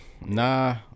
Nah